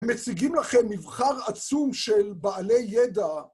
מציגים לכם מבחר עצום של בעלי ידע.